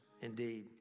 indeed